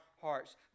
hearts